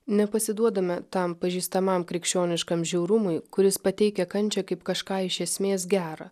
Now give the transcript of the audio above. nepasiduodame tam pažįstamam krikščioniškam žiaurumui kuris pateikia kančią kaip kažką iš esmės gera